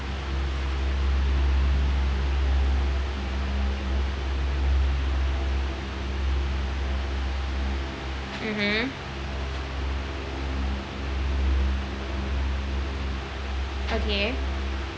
mmhmm okay